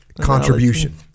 contribution